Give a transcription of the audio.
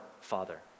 Father